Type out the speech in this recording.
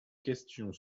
questions